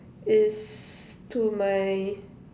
is to my